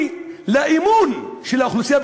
אנחנו נאבד כאן מאות-אלפי תיירים